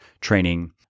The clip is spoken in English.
training